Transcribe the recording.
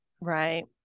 Right